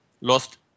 lost